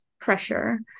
pressure